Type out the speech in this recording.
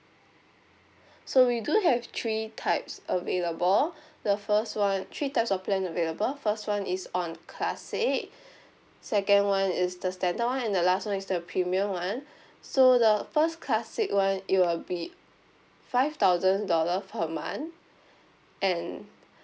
so we do have three types available the first one three types of plan available first one is on classic second one is the standard one and the last one is the premium one so the first classic one it will be five thousand dollar per month and